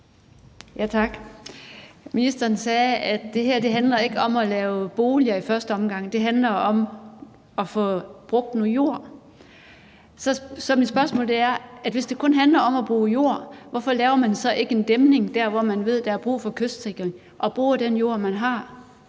Tak. Ministeren sagde, at det her ikke handler om at lave boliger i første omgang; det handler om at få brugt noget jord. Så mit spørgsmål er: Hvis det kun handler om at bruge jord, hvorfor laver man så ikke en dæmning der, hvor man ved at der er brug for kystsikring, og bruger den jord, man har?